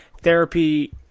therapy